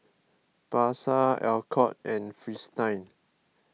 Pasar Alcott and Fristine